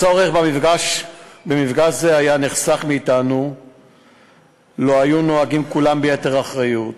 הצורך במפגש זה היה נחסך מאתנו לו היו נוהגים כולם ביתר אחריות: